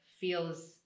feels